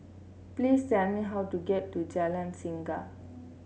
please tell me how to get to Jalan Singa